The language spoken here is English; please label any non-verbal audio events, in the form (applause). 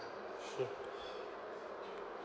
(laughs)